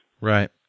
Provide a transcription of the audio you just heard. right